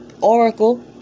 oracle